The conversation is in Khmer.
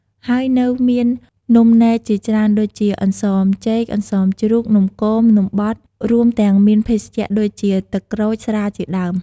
ហើយនៅមាននំនេកជាច្រើនដូចជា អន្សមចេក អន្សមជ្រូក នំគម នំបត់ រួមទាំងមានភេសជ្ជៈដូចជាទឹកក្រូច ស្រាជាដើម...។